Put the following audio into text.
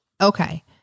Okay